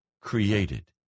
created